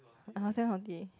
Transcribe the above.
I was damn haughty